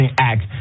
Act